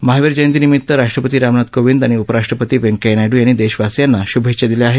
महावीर जयंतीनिमित्त राष्ट्रपती रामनाथ कोविंद आणि उपराष्ट्रपती वेंकय्या नायडू यांनी देशवासीयांना शुभेच्छा दिल्या आहेत